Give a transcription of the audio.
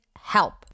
help